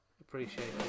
Appreciate